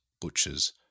butchers